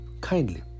kindly